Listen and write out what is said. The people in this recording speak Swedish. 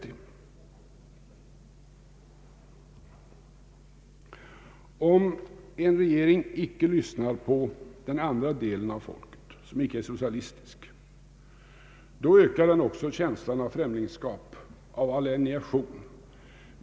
Om en regering icke lyssnar på den andra delen av folket, som inte har en socialistisk inställning, ökar också känslan av främlingskap, av alienation.